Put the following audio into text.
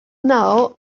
now